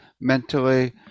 mentally